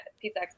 Pizza